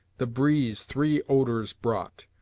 the breeze three odors brought,